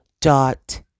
dot